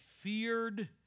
feared